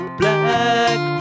black